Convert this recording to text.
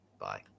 bye